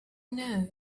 know